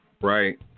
Right